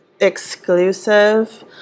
exclusive